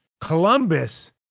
Columbus